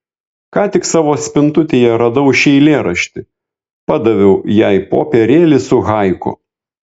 ką tik savo spintutėje radau šį eilėraštį padaviau jai popierėlį su haiku